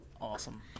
Awesome